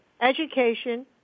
education